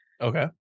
Okay